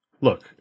look